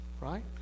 right